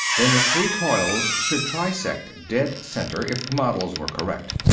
then the three coils should trisect dead center, if the models were correct.